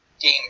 game